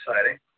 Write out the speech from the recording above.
exciting